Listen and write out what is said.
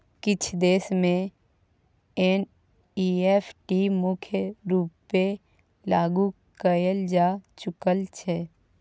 किछ देश मे एन.इ.एफ.टी मुख्य रुपेँ लागु कएल जा चुकल छै